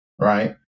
right